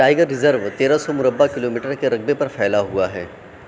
tiger reserve تیرہ سو مربع کلو میٹر کے رقبے پر پھیلا ہوا ہے